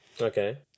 Okay